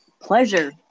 pleasure